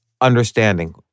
Understanding